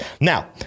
Now